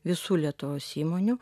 visų lietuvos įmonių